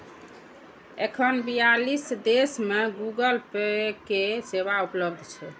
एखन बियालीस देश मे गूगल पे के सेवा उपलब्ध छै